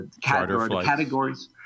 categories